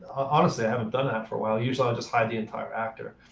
honestly i haven't done that for a while. usually i'll just hide the entire actor.